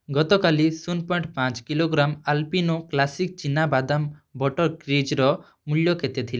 ଗତକାଲି ଶୂନ ପଏଣ୍ଟ ପାଞ୍ଚ କିଲୋଗ୍ରାମ ଆଲପିନୋ କ୍ଲାସିକ୍ ଚିନାବାଦାମ ବଟର୍ କ୍ରିଜର ମୂଲ୍ୟ କେତେ ଥିଲା